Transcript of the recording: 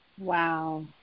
Wow